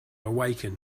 awaken